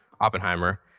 Oppenheimer